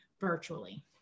virtually